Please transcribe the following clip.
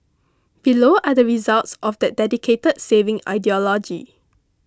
below are the results of that dedicated saving ideology